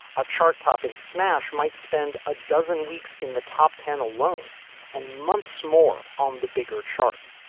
a chart topping smash might spend a dozen weeks in the top ten alone and months more on the bigger chart.